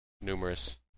numerous